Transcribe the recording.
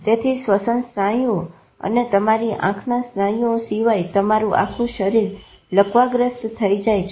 તેથી શ્વસન સ્નાયુઓ અને તમારી આંખના સ્નાયુઓ સિવાય તમારું આખું શરીર લકવાગ્રસ્ત થઇ જાય છે